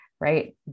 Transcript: right